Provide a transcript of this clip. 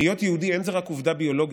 היות יהודי אין זה רק עובדה ביולוגית,